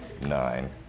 Nine